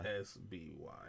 S-B-Y